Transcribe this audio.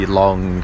long